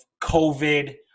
COVID